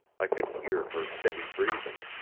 i could hear her steady breathing.